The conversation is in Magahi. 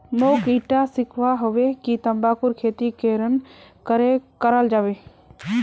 मोक ईटा सीखवा हबे कि तंबाकूर खेती केरन करें कराल जाबे